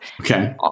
okay